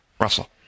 Russell